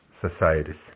societies